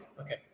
okay